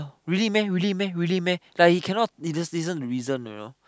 really meh really meh really meh like he cannot he just listen to reason you know